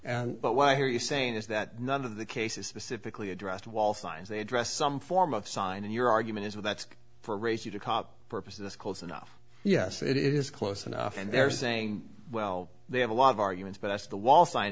and but what i hear you saying is that none of the cases specifically addressed wall signs they address some form of sign in your argument is with that's for race you to cop purpose this close enough yes it is close enough and they're saying well they have a lot of arguments but that's the wall sign